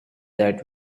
that